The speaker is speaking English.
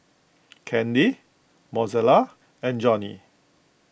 Candy Mozella and Johny